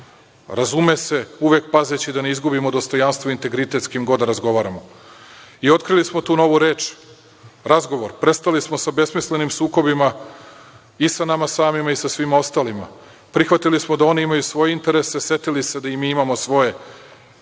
razume se, uvek pazeći da ne izgubimo dostojanstvo i integritet sa kim god da razgovaramo. I otkrili smo tu novu reč „razgovor“. Prestali smo sa besmislenim sukobima i sa nama samima i sa svima ostalima. Prihvatili smo da oni imaju svoje interese, setili se da i mi imamo svoje